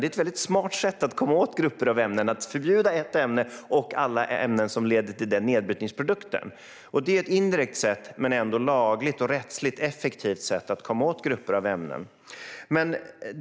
Det är ett smart sätt att komma åt grupper av ämnen att förbjuda ett ämne och alla ämnen som leder till den nedbrytningsprodukten. Det är ett indirekt men ändå lagligt och rättsligt effektivt sätt att komma åt grupper av ämnen.